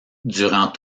durant